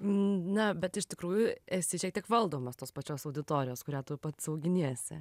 na bet iš tikrųjų esi šiek tiek valdomas tos pačios auditorijos kurią tu pats auginiesi